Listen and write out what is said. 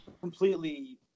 completely